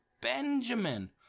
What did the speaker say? Benjamin